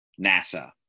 NASA